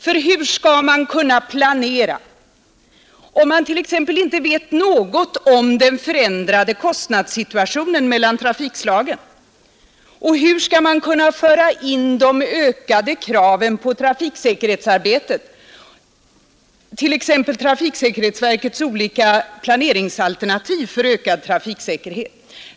För hur skall man kunna planera, om man t.ex. inte vet något om den förändrade kostnadssituationen mellan trafikslagen? Och hur skall man kunna föra in de ökade kraven på trafiksäkerhetsarbetet, t.ex. trafiksäkerhetsverkets olika planeringsalternativ för ökad trafiksäkerhet?